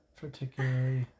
particularly